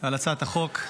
על הצעת החוק.